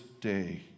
Day